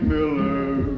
Miller